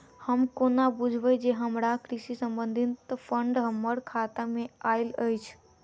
हम कोना बुझबै जे हमरा कृषि संबंधित फंड हम्मर खाता मे आइल अछि?